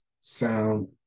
sound